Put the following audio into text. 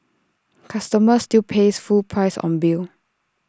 customer still pays full price on bill